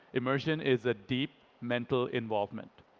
immersion is a deep, mental involvement.